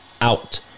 out